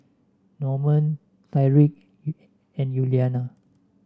Normand Tyriq and Yuliana